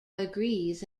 agrees